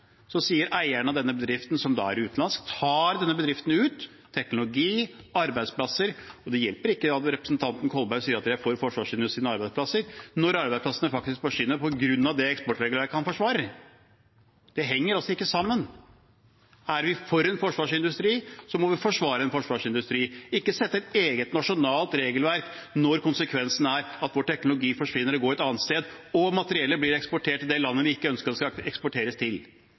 så tar eieren av denne bedriften, som da er utenlandsk, denne bedriften, teknologi og arbeidsplasser, ut. Det hjelper ikke at representanten Kolberg sier at de er for forsvarsindustriens arbeidsplasser, når arbeidsplassene faktisk forsvinner på grunn av eksportregelverket han forsvarer. Det henger altså ikke sammen. Er vi for en forsvarsindustri, må vi forsvare en forsvarsindustri, ikke sette opp et eget nasjonalt regelverk når konsekvensen er at vår teknologi forsvinner og går et annet sted og materiellet blir eksportert til det landet vi ikke ønsker å eksportere til.